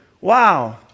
Wow